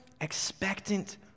expectant